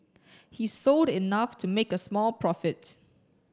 he sold enough to make a small profits